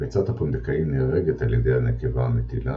ביצת הפונדקאי נהרגת על ידי הנקבה המטילה